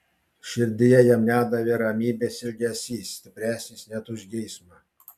širdyje jam nedavė ramybės ilgesys stipresnis net už geismą